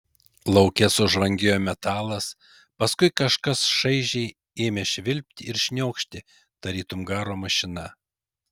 lauke sužvangėjo metalas paskui kažkas šaižiai ėmė švilpti ir šniokšti tarytum garo mašina